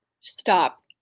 Stop